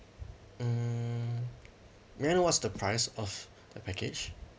mm may I know what's the price of the package